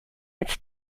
its